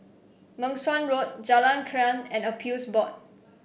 Meng Suan Road Jalan Krian and Appeals Board